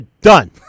done